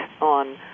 on